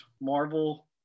marvel